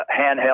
handheld